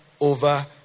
over